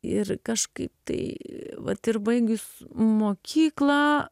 ir kažkaip tai vat ir baigius mokyklą